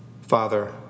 Father